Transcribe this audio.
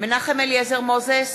מנחם אליעזר מוזס,